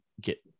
get